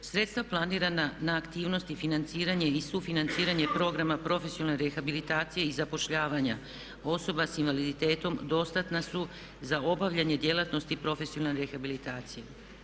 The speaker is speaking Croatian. Sredstva planirana na aktivnosti financiranje i sufinanciranje programa profesionalne rehabilitacije i zapošljavanja osoba sa invaliditetom dostatna su za obavljanje djelatnosti profesionalne rehabilitacije.